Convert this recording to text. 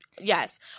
Yes